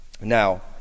Now